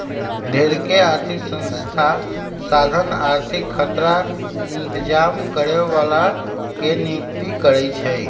ढेरेक आर्थिक संस्था साधन आर्थिक खतरा इतजाम करे बला के नियुक्ति करै छै